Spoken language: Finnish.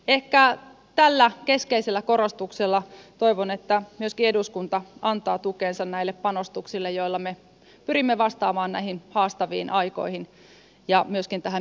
ehkä tällä keskeisellä korostuksella toivon että myöskin eduskunta antaa tukensa näille panostuksille joilla me pyrimme vastaamaan näihin haastaviin aikoihin ja myöskin tähän elinkeinoelämän rakennemuutokseen